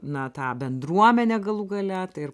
na tą bendruomenę galų gale tai ir